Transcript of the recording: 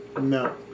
No